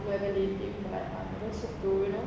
I'm not even dating but um just hope to you know